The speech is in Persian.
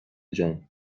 جان